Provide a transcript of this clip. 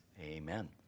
Amen